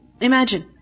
imagine